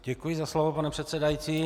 Děkuji za slovo, pane předsedající.